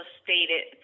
stated